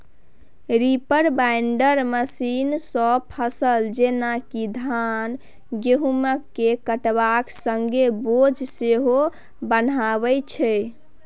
reaper binder मशीनसँ फसल जेना कि धान गहुँमकेँ काटब संगे बोझ सेहो बन्हाबै छै